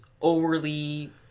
overly